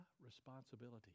responsibility